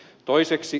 toiseksi